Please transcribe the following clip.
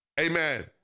amen